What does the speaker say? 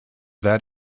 that